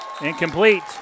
Incomplete